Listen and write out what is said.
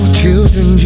children